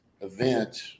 event